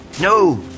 No